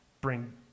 bring